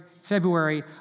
February